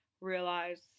realize